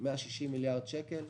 הוא 160 מיליארד שקל,